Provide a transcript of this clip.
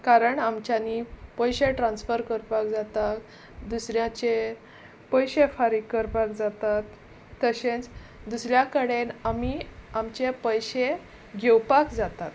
कारण आमच्यांनी पयशे ट्रान्स्फर करपाक जाता दुसऱ्याचे पयशे फारीक करपाक जातात तशेंच दुसऱ्या कडेन आमी आमचे पयशे घेवपाक जातात